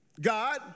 God